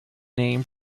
name